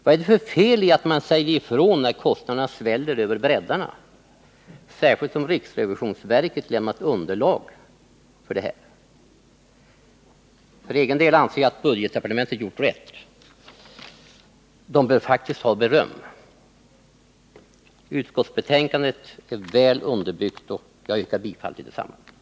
Vad är det för fel i att man säger ifrån när kostnaderna sväller över bräddarna, särskilt om riksrevisionsverket lämnat underlag för sådana påpekanden? För egen del anser jag att budgetdepartementet har gjort rätt och faktiskt bör ha beröm. Utskottsbetänkandet är väl underbyggt, och jag yrkar bifall till utskottets hemställan.